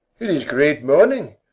it is great morning.